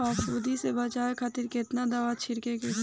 फाफूंदी से बचाव खातिर केतना दावा छीड़के के होई?